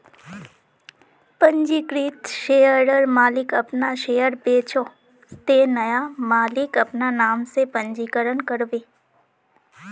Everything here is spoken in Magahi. पंजीकृत शेयरर मालिक अपना शेयर बेचोह ते नया मालिक अपना नाम से पंजीकरण करबे